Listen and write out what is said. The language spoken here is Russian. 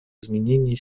изменении